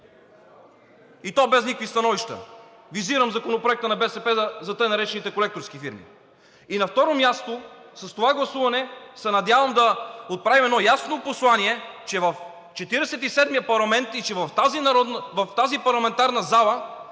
и то без никакви становища – визирам законопроекта на БСП за тъй наречените колекторски фирми. На второ място, с това гласуване се надявам да отправим едно ясно послание, че в Четиридесет и седмия парламент и в тази парламентарна зала